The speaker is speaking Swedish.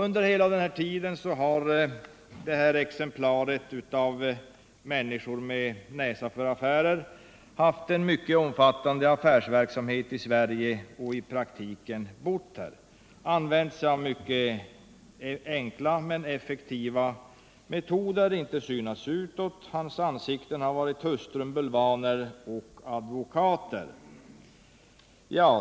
Under hela tiden har det här exemplaret av människor med näsa för affärer haft en mycket omfattande affärsverksamhet i Sverige och i praktiken bott här. Han har använt sig av mycket enkla men effektiva metoder. Han har inte synts utåt — hans ansikten har varit hustrun, bulvaner och advokater.